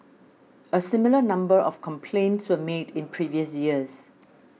a similar number of complaints were made in previous years